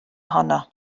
ohono